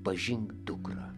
pažink dukra